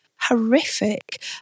horrific